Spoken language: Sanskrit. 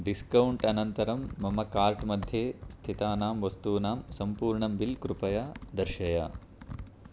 डिस्कौण्ट् अनन्तरं मम कार्ट् मध्ये स्थितानां वस्तूनां सम्पूर्णं बिल् कृपया दर्शय